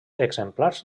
exemplars